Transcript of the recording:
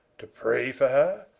to pray for her?